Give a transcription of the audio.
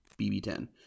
BB10